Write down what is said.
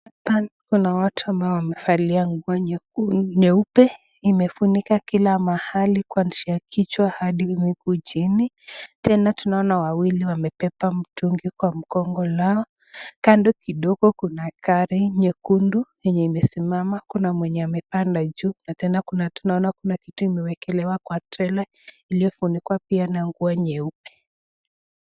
Hapa kuna watu ambao wamevalia nguo nyeupe. Imefunika kila mahali kuanzia kichwa hadi miguu chini. Tena tunaona wawili wamepepa mtungi kwa mgongo lao. Kando kidogo kuna gari nyekundu yenye imesimama. Kuna mwenye amepanda juu na tena kuna tunaona kuna kitu imewekelewa kwa trela iliyofunikwa pia na nguo nyeupe.